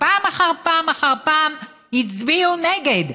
ופעם אחר פעם אחר פעם הצביעו נגד.